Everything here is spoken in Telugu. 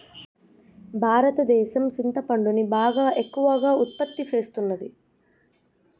భారతదేసం సింతపండును బాగా ఎక్కువగా ఉత్పత్తి సేస్తున్నది